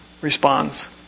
responds